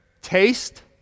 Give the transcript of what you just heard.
Taste